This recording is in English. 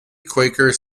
quaker